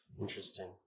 Interesting